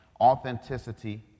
authenticity